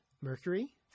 Mercury